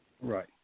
Right